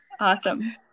Awesome